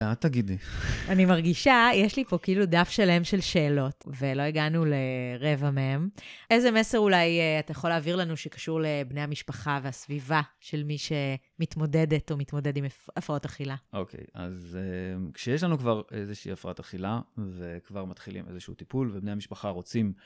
את תגידי. אני מרגישה, יש לי פה כאילו דף שלם של שאלות, ולא הגענו לרבע מהם. איזה מסר אולי אתה יכול להעביר לנו שקשור לבני המשפחה והסביבה של מי שמתמודדת או מתמודד עם הפרעות אכילה? אוקיי, אז כשיש לנו כבר איזושהי הפרעת אכילה וכבר מתחילים איזשהו טיפול, ובני המשפחה רוצים...